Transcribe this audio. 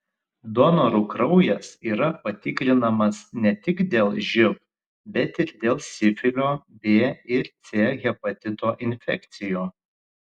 donorų kraujas yra patikrinamas ne tik dėl živ bet ir dėl sifilio b ir c hepatito infekcijų